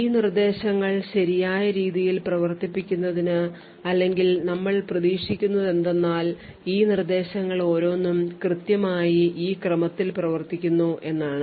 ഈ നിർദ്ദേശങ്ങൾ ശരിയായ രീതിയിൽ പ്രവർത്തിപ്പിക്കുന്നതിന് അല്ലെങ്കിൽ നമ്മൾ പ്രതീക്ഷിക്കുന്നതെന്തെന്നാൽ ഈ നിർദ്ദേശങ്ങൾ ഓരോന്നും കൃത്യമായി ഈ ക്രമത്തിൽ പ്രവർത്തിക്കുന്നു എന്നാണ്